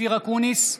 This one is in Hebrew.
אופיר אקוניס,